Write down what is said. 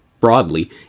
broadly